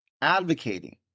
advocating